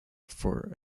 for